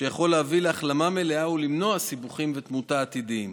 שיכול להביא להחלמה מלאה ולמנוע סיבוכים ותמותה עתידיים.